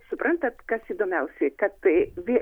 suprantat kas įdomiausiai kad tai ve